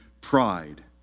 Pride